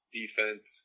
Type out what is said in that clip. defense